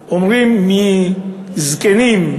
אומרים: מזקנים,